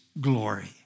glory